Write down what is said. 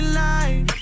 light